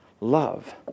love